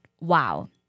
wow